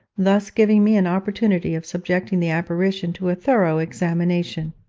thus giving me an opportunity of subjecting the apparition to a thorough examination.